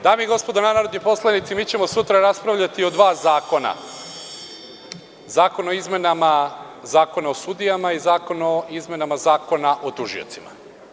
Dame i gospodo narodni poslanici, mi ćemo sutra raspravljati o dva zakona, zakon o izmenama Zakona o sudijama i zakon o izmenama Zakona o tužiocima.